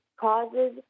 causes